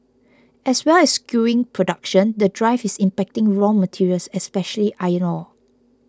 as well as skewing production the drive is impacting raw materials especially iron ore